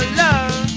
love